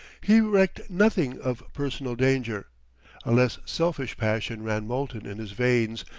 he recked nothing of personal danger a less selfish passion ran molten in his veins,